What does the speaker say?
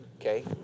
Okay